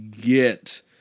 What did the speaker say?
get